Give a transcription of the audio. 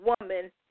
woman